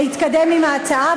להתקדם עם ההצעה,